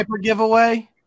giveaway